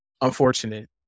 unfortunate